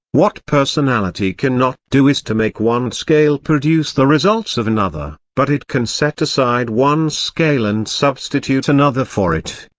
what personality can not do is to make one scale produce the results of another, but it can set aside one scale and substitute another for it.